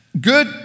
Good